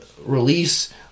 release